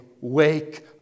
wake